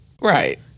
Right